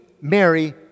Mary